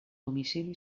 domicili